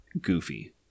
goofy